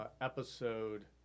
episode